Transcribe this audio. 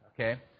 Okay